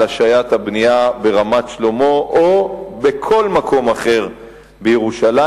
השעיית הבנייה ברמת-שלמה או בכל מקום אחר בירושלים.